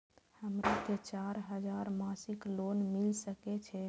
हमरो के चार हजार मासिक लोन मिल सके छे?